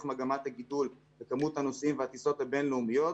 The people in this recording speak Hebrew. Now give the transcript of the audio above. מגמת הגידול בכמות הנוסעים והטיסות הבין-לאומיות,